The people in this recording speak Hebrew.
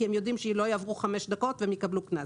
כי הם יודעים שלא יעברו 5 דקות והם יקבלו קנס.